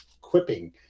quipping